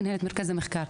מנהלת מרכז המחקר.